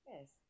Yes